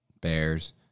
Bears